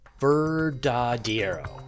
Verdadero